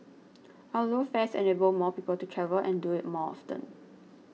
our low fares enable more people to travel and do it more often